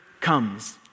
comes